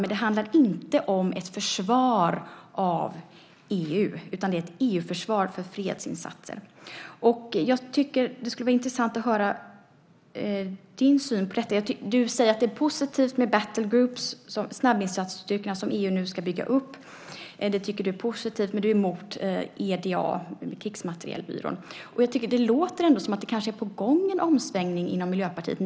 Men det handlar inte om ett försvar av EU, utan det är ett EU-försvar för fredsinsatser. Det skulle vara intressant att höra din syn på detta. Du säger att det är positivt med battle groups , snabbinsatsstyrkorna som EU nu ska bygga upp. Det tycker du är positivt, men du är emot EDA, krigsmaterielbyrån. Det låter ändå som att det kanske är på gång en omsvängning inom Miljöpartiet.